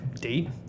date